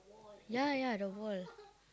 ya ya the hole